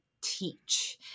teach